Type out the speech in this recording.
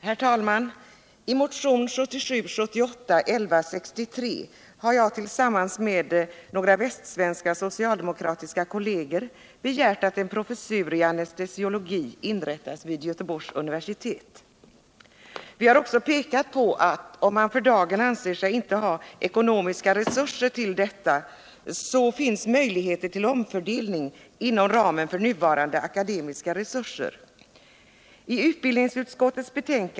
Herr talman! I motionen 1977/78:1163 har jag tillsammans med några västsvenska socialdemokratiska kolleger begärt att en professur i anestesiologi inrättas vid Göteborgs universitet. Vi har också pekat på att om man för dagen inte anser sig ha ekonomiska resurser till detta, så finns möjligheter till omfördelning inom ramen för nuvarande akademiska resurser.